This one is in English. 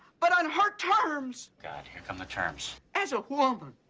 but on her terms. god here come the terms as a woman